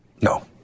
No